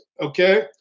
okay